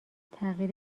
تغییر